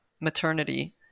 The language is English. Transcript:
maternity